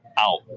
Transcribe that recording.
Out